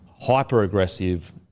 hyper-aggressive